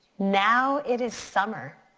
now it is summer.